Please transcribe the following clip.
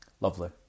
Lovely